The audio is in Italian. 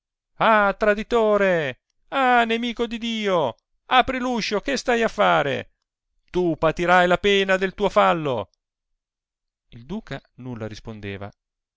ah traditore ah nemico di dio apri l'uscio che stai a fare tu patirai la pena del tuo fallo il duca nulla rispondeva